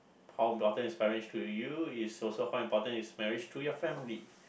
how important is marriage to you is also how important is marriage to your family